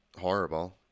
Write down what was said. horrible